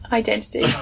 identity